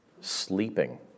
sleeping